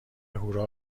هورا